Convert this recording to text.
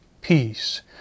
peace